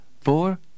Four